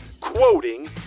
quoting